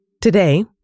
Today